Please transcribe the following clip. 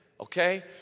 okay